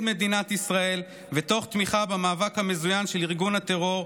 מדינת ישראל ותוך תמיכה במאבק המזוין של ארגון טרור,